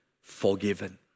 forgiven